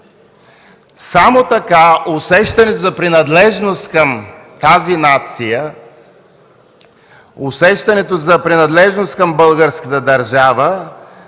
Само така усещането за принадлежност към тази нация, усещането за принадлежност към българската държава